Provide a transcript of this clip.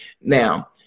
Now